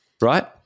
right